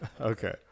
Okay